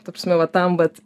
ta prasme va tam vat